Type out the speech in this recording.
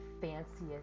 fanciest